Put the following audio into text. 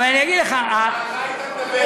אבל אני אגיד לך, על מה היית מדבר?